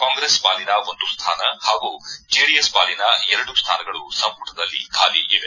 ಕಾಂಗ್ರೆಸ್ ಪಾಲಿನ ಒಂದು ಸ್ವಾನ ಹಾಗೂ ಜೆಡಿಎಸ್ ಪಾಲಿನ ಎರಡು ಸ್ವಾನಗಳು ಸಂಪುಟದಲ್ಲಿ ಖಾಲಿ ಇವೆ